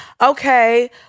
Okay